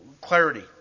clarity